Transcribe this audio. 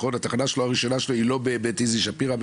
התחנה הראשונה שלו היא לא בבית איזי שפירא,